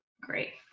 Great